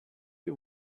you